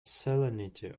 salinity